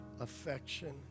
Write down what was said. affection